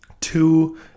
two